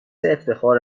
افتخار